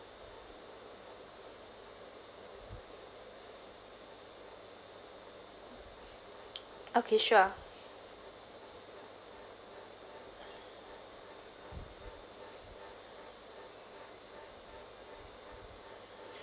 okay sure